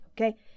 Okay